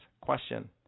question